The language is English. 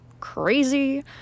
crazy